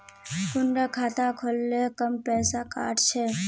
कुंडा खाता खोल ले कम पैसा काट छे?